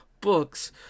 books